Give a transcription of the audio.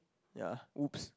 yeah whoops